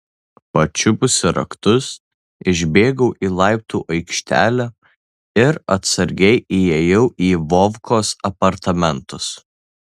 pačiupusi raktus išbėgau į laiptų aikštelę ir atsargiai įėjau į vovkos apartamentus